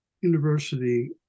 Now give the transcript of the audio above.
university